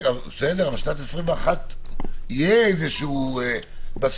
בסדר, אבל בשנת 2021 יהיה איזשהו בסיס.